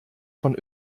von